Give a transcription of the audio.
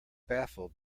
baffled